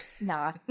Nah